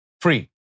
free